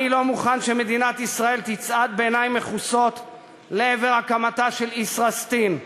אני לא מוכן שמדינת ישראל תצעד בעיניים מכוסות לעבר הקמתה של ישראסטין.